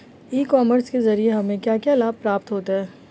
ई commerce के ज़रिए हमें क्या क्या लाभ प्राप्त होता है?